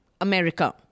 America